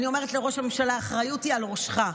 ואני אומרת לראש הממשלה: האחריות היא על ראשך.